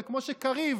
וכמו שקריב